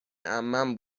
عمم